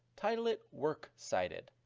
title it work cited.